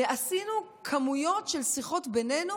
ועשינו כמויות של שיחות בינינו